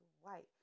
white